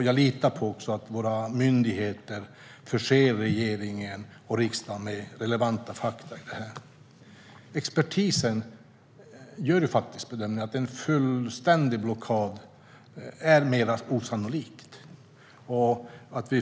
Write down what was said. Jag litar på att våra myndigheter förser regeringen och riksdagen med relevanta faktauppgifter i fråga om detta. Expertisen gör bedömningen att en fullständig blockad är mer osannolik.